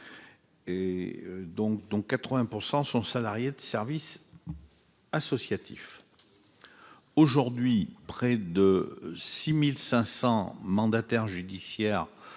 dont 80 % sont salariés de services associatifs aujourd'hui près de 6500 mandataires judiciaires